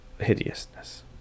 hideousness